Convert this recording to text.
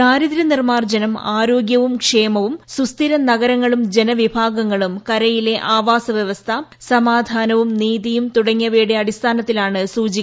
ദാരിദ്ര്യനിർമ്മാർജ്ജനം ആരോഗ്യവും ക്ഷേമവും സുസ്ഥിര നഗരങ്ങളും ജനവിഭാഗങ്ങളും കരയിലെ ആവാസ വ്യവസ്ഥ സമാധാനവും നീതിയും തുടങ്ങിയവയുടെ അടിസ്ഥാനത്തിലാണ് സൂചിക